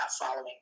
following